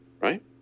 right